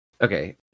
Okay